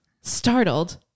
Startled